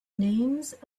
names